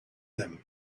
them